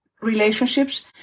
relationships